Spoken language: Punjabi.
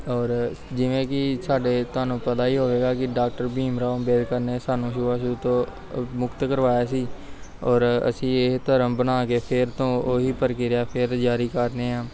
ਔਰ ਜਿਵੇਂ ਕਿ ਸਾਡੇ ਤੁਹਾਨੂੰ ਪਤਾ ਹੀ ਹੋਵੇਗਾ ਕਿ ਡਾਕਟਰ ਭੀਮ ਰਾਓ ਅੰਬੇਡਕਰ ਨੇ ਸਾਨੂੰ ਛੁਆ ਛੂਤ ਤੋਂ ਮੁਕਤ ਕਰਵਾਇਆ ਸੀ ਔਰ ਅਸੀਂ ਇਹ ਧਰਮ ਬਣਾ ਕੇ ਫਿਰ ਤੋਂ ਉਹ ਹੀ ਪ੍ਰਕਿਰਿਆ ਫਿਰ ਜਾਰੀ ਕਰਨੇ ਹਾਂ